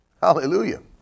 hallelujah